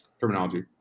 terminology